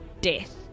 death